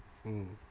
mm